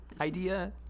idea